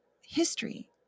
history